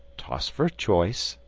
tossed for choice,